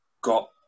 got